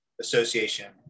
association